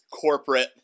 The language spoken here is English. corporate